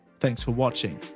thanks for watching!